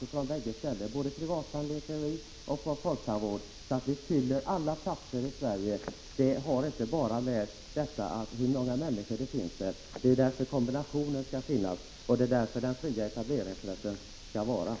Det skall alltså finnas både privattandläkare och tandläkare inom folktandvården, så att det på alla platser i Sverige finns den tandvård som behövs. Det är inte bara antalet människor på en plats som är avgörande. Det skall gå att kombinera de olika formerna. Vi skall alltså ha fri etableringsrätt!